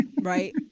right